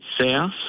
South